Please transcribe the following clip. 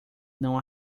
não